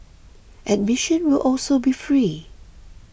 admission will also be free